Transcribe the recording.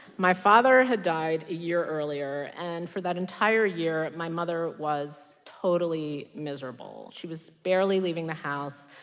my father had died a year earlier. and for that entire year, my mother was totally miserable. she was barely leaving the house,